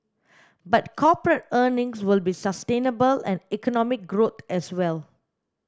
but corporate earnings will be sustainable and economic growth as well